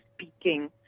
speaking